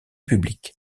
public